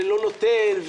ולא נותן,